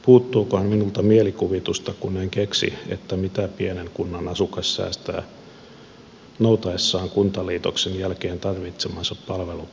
puuttuukohan minulta mielikuvitusta kun en keksi mitä pienen kunnan asukas säästää noutaessaan kuntaliitoksen jälkeen tarvitsemansa palvelut entistä kauempaa